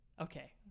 okay